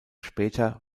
später